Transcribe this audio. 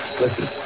Listen